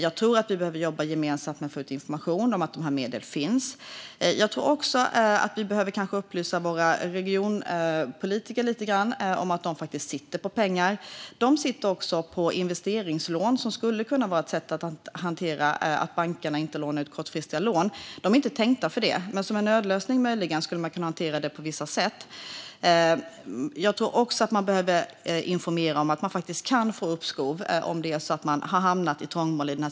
Jag tror att vi behöver jobba gemensamt med att få ut information om att medlen finns. Vi behöver nog också upplysa våra regionpolitiker om att de faktiskt sitter på pengar. De sitter också på investeringslån, vilket skulle kunna vara ett sätt att hantera att bankerna inte lånar ut kortfristigt. Investeringslånen är inte tänkta för detta, men det skulle kunna funka som en nödlösning. Vi behöver också informera om att man faktiskt kan få uppskov om man har hamnat i trångmål.